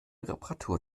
reparatur